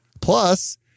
Plus